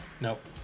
Nope